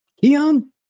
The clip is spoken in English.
Keon